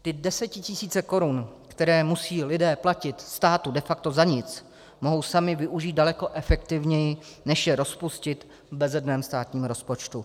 Ty desetitisíce korun, které musí lidé platit státu de facto za nic, mohou sami využít daleko efektivněji, než je rozpustit v bezedném státním rozpočtu.